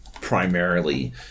primarily